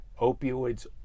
opioids